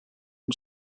amb